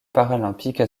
paralympique